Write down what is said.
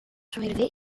surélevé